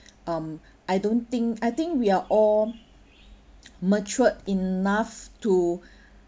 um I don't think I think we are all matured enough to